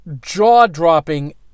jaw-dropping